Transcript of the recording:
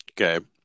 Okay